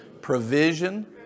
provision